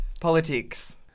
Politics